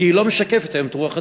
כי היא לא משקפת היום את רוח הציבור.